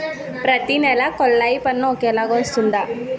ప్రతి నెల కొల్లాయి పన్ను ఒకలాగే వస్తుందా?